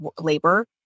labor